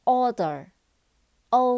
order，o